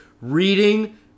reading